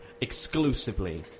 exclusively